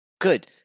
Good